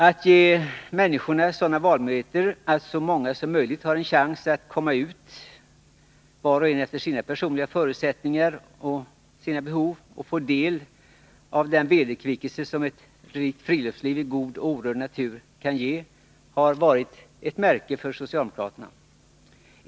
Att ge människorna sådana valmöjligheter att så många som möjligt har en chans att komma ut, var och en efter sina personliga förutsättningar och sina behov, och få del av den vederkvickelse som ett rikt friluftsliv i god, orörd natur kan ge, har varit ett märke för socialdemokraterna.